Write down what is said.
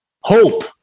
hope